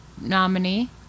nominee